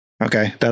Okay